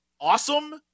awesome